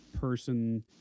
person